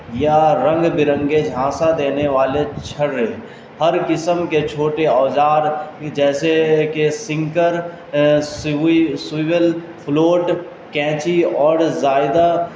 یا رنگ برنگے جھانسا دینے والے چھڑے ہر قسم کے چھوٹے اوزار جیسے کہ سنکر سو سویول فلوٹ قینچی اور زائدہ